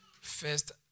First